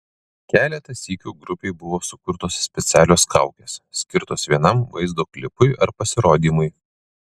keletą sykių grupei buvo sukurtos specialios kaukės skirtos vienam vaizdo klipui ar pasirodymui